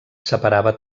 separava